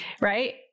Right